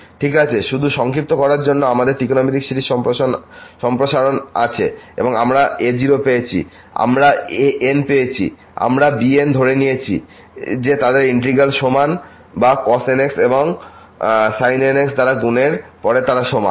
ঠিক আছে শুধু সংক্ষিপ্ত করার জন্য আমাদের ত্রিকোণমিতিক সিরিজ সম্প্রসারণ আছে এবং আমরা a0 পেয়েছি আমরা an পেয়েছি এবং আমরা এই bn ধরে নিয়েছি যে তাদের ইন্টিগ্র্যাল সমান বা cos nx এবং sin nx দ্বারা গুণের পরে তারা সমান